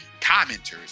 commenters